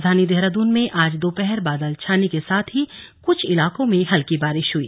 राजधानी देहरादून में आज दोपहर बादल छाने के साथ ही कुछ इलाकों में हल्की बारिश हुई